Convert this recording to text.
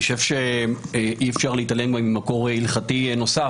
אי אפשר להתעלם ממקור הלכתי נוסף.